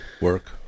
work